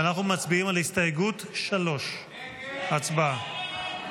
ואנחנו מצביעים על הסתייגות 3. הצבעה.